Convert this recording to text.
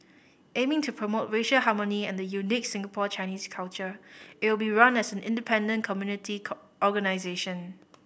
aiming to promote racial harmony and the unique Singapore Chinese culture it will be run as an independent community call organisation